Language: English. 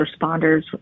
responders